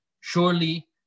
Surely